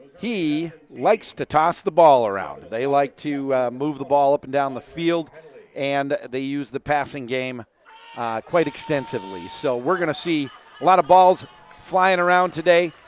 he likes to toss the ball around. they like to move the ball up and down the field and they use the passing game quite extensively. so we are going to see a lot of balls flying around today.